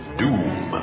doom